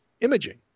imaging